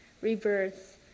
rebirth